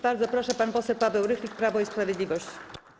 Bardzo proszę, pan poseł Paweł Rychlik, Prawo i Sprawiedliwość.